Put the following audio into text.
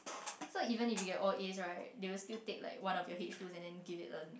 so even if you get all eighth right they will still take like one of your H twos and then give it an